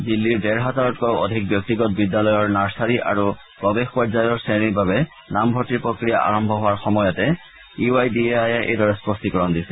দিল্লীৰ ডেৰ হাজাৰতকৈও অধিক ব্যক্তিগত বিদ্যালয়ৰ নাৰ্ছাৰী আৰু প্ৰৱেশ পৰ্যায়ৰ শ্ৰেণীৰ বাবে নামভৰ্তিৰ প্ৰক্ৰিয়া আৰম্ভ হোৱাৰ সময়তে ইউ আই ডি এ আইয়ে এইদৰে স্পষ্টীকৰণ দিছে